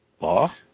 law